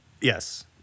Yes